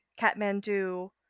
Kathmandu